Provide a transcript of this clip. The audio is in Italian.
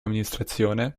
amministrazione